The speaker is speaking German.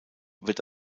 wird